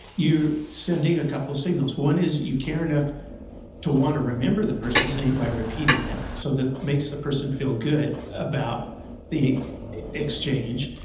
you're sending a couple signals. one is, you care enough to want to remember the person's name by repeating it. so, that makes the person feel good about the exchange.